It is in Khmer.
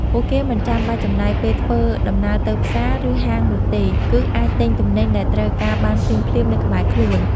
ពួកគេមិនចាំបាច់ចំណាយពេលធ្វើដំណើរទៅផ្សារ ឬហាងនោះទេ គឺអាចទិញទំនិញដែលត្រូវការបានភ្លាមៗនៅក្បែរខ្លួន។